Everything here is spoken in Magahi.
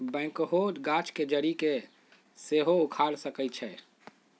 बैकहो गाछ के जड़ी के सेहो उखाड़ सकइ छै